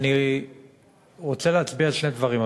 אני רוצה להצביע על שני דברים,